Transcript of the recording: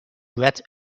red